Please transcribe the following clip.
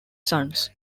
sons